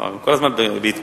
הוא כל הזמן בהתקדמות.